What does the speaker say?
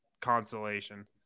consolation